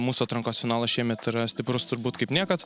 mūsų atrankos finalas šiemet yra stiprus turbūt kaip niekad